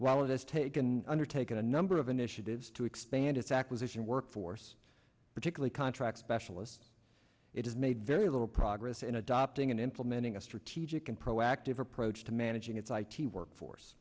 while it has taken undertaken a number of initiatives to expand its acquisition workforce particularly contract specialists it has made very little progress in adopting and implementing a strategic and proactive approach to managing its i t workforce